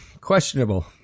questionable